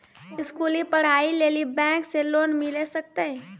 स्कूली पढ़ाई लेली बैंक से लोन मिले सकते?